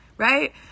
right